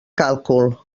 càlcul